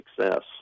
success